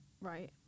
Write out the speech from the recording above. right